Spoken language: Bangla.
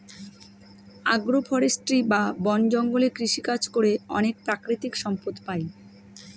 আগ্র ফরেষ্ট্রী বা বন জঙ্গলে কৃষিকাজ করে অনেক প্রাকৃতিক সম্পদ পাই